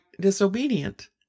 disobedient